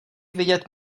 vidět